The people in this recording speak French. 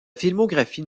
filmographie